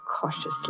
cautiously